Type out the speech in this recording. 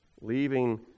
leaving